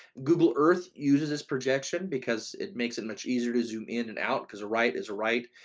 google earth uses this projection because it makes it much easier to zoom in and out because right is right,